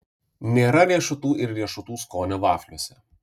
nėra riešutų ir riešutų skonio vafliuose